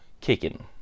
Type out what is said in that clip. kicking